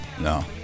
No